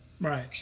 Right